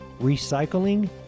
Recycling